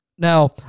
Now